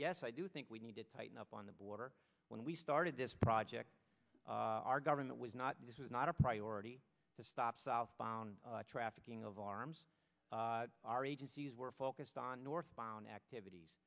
yes i do think we need to tighten up on the border when we started this project our government was not this was not a priority to stop southbound trafficking of arms our agencies were focused on northbound activit